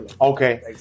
okay